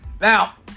Now